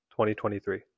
2023